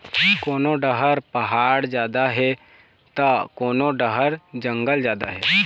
कोनो डहर पहाड़ जादा हे त कोनो डहर जंगल जादा हे